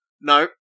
No